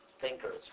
thinkers